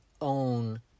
own